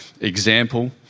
example